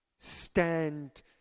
stand